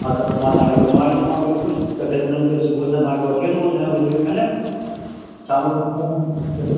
हा त मां तव्हांखे घुमाए ईंदो मांव बिल्कुल सत ॼणन जो सुबू सा तव्हांखे वठीं वेंदम नवे बजे खन शाम जो म म